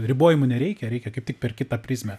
ribojimų nereikia reikia kaip tik per kitą prizmę